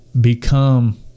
become